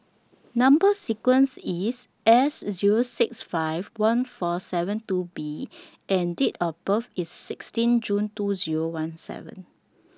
Number sequence IS S Zero six five one four seven two B and Date of birth IS sixteen June two Zero one seven